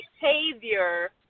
behavior